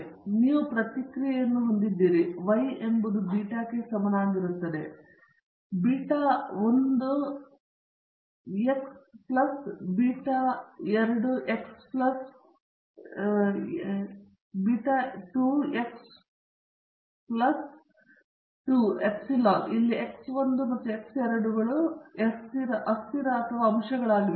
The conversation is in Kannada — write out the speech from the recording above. ಆದ್ದರಿಂದ ನೀವು ಪ್ರಕ್ರಿಯೆಯ ಪ್ರತಿಕ್ರಿಯೆಯನ್ನು ಹೊಂದಿದ್ದೀರಿ y ಎಂಬುದು ಬೀಟಾಗೆ ಸಮನಾಗಿರುತ್ತದೆ ಮತ್ತು beta 1 X 1 plus beta 2 X 2 plus epsilon ಇಲ್ಲಿ ಎಕ್ಸ್ 1 ಮತ್ತು ಎಕ್ಸ್ 2 ಗಳು ಅಸ್ಥಿರ ಅಥವಾ ಅಂಶಗಳಾಗಿವೆ